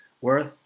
worth